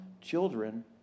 children